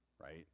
Right